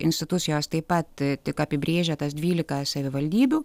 institucijos taip pat tik apibrėžia tas dvylika savivaldybių